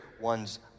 one's